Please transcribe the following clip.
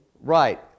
Right